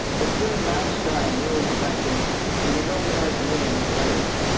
if you're a nice guy and you own a factory and you don't like minimum wage,